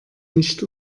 nicht